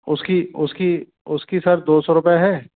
उसकी उसकी उसकी सर दो सौ रुपये है